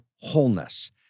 wholeness